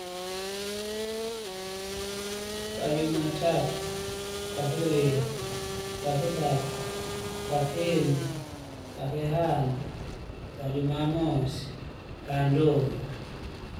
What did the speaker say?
Pajumatatu, pakivili, pakidatu, pakine, pakihano, pajumamosi, pandungu.